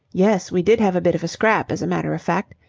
yes, we did have a bit of a scrap, as a matter of fact.